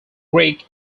greek